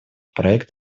проект